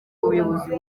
ubuyobozi